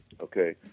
okay